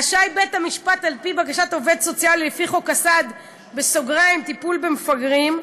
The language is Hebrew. רשאי בית-המשפט על-פי בקשת עובד סוציאלי לפי חוק הסעד (טיפול במפגרים),